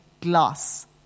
glass